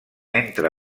entre